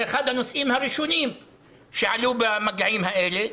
זה אחד הנושאים הראשונים שעלו במגעים האלה,